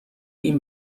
این